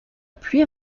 pluie